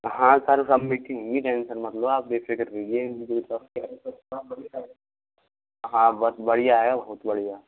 हाँ सर सब मीठी होगी टेंशन मत लो बेफिकर रहिए है हाँ बस बढ़िया है बहुत बढ़िया